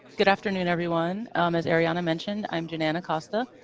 good afternoon, everyone. um as arianna mentioned, i'm ginan acosta,